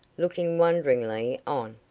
looking wonderingly on.